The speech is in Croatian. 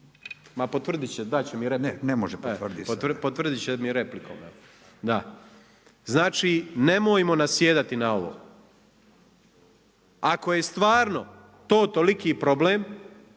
potvrditi sada. **Grmoja, Nikola (MOST)** Potvrdit će mi replikom. Znači nemojmo nasjedati na ovo. Ako je stvarno to toliki problem,